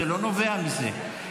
זה לא נובע מזה.